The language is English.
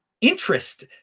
interest